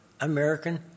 American